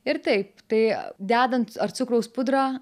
ir taip tai dedant ar cukraus pudrą